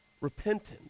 repentance